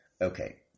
Okay